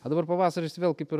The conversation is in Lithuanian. o dabar pavasaris vėl kaip ir